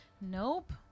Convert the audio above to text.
Nope